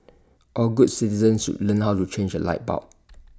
all good citizens should learn how to change A light bulb